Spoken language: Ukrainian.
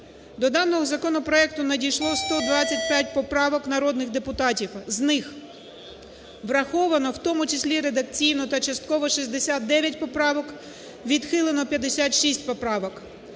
До даного законопроекту надійшло 125 поправок народних депутатів, з них враховано у тому числі редакційно та частково 69 поправок, відхилено 56 поправок.